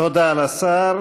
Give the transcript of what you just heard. תודה לשר.